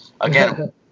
again